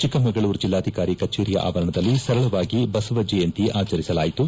ಚಿಕ್ಕಮಗಳೂರು ಜಿಲ್ಲಾಧಿಕಾರಿ ಕಚೇರಿಯ ಆವರಣದಲ್ಲಿ ಸರಳವಾಗಿ ಬಸವ ಜಯಂತಿ ಆಚರಿಸಲಾಯಿತು